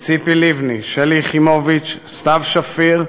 ציפי לבני, שלי יחימוביץ, סתיו שפיר,